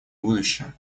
будущее